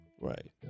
Right